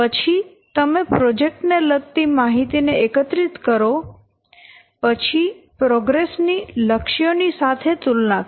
પછી તમે પ્રોજેક્ટ ને લગતી માહિતી ને એકત્રિત કરો પછી પ્રોગ્રેસ ની લક્ષ્યો ની સાથે તુલના કરો